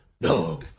No